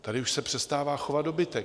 Tady už se přestává chovat dobytek.